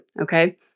Okay